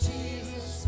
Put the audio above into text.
Jesus